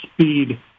speed